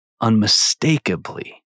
unmistakably